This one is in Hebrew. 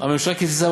כי ממשלת ישראל קיצצה,